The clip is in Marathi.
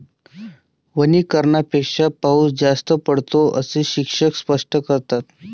वनीकरणापेक्षा पाऊस जास्त पडतो, असे शिक्षक स्पष्ट करतात